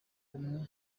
umwe